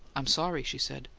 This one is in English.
i'm sorry, she said.